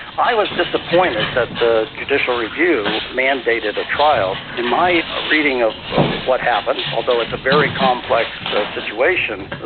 i was disappointed that the judicial review mandated a trial. in my reading of what happened, although it's a very complex so situation,